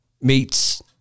meets